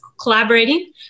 collaborating